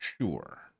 sure